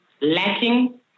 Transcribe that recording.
lacking